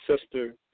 sister